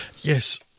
Yes